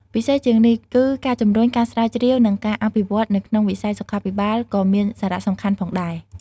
ពិសេសជាងនេះគឺ ការជំរុញ ការស្រាវជ្រាវ និងការអភិវឌ្ឍ នៅក្នុងវិស័យសុខាភិបាល ក៏មានសារៈសំខាន់ផងដែរ។